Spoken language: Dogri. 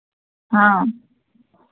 हां